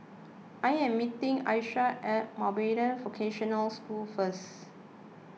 I am meeting Alycia at Mountbatten Vocational School first